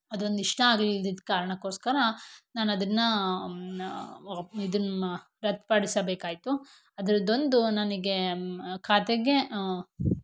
ಅದೊಂದು ಇಷ್ಟ ಆಗ್ಲಿಲ್ದಿದ್ದ ಕಾರಣಕೋಸ್ಕರ ನಾನು ಅದನ್ನು ವ ಇದನ್ನ ರದ್ದು ಪಡಿಸಬೇಕಾಯಿತು ಅದರದ್ದೊಂದು ನನಗೆ ಖಾತೆಗೆ